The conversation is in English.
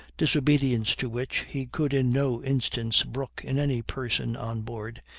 disobedience to which he could in no instance brook in any person on board,